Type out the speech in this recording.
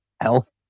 health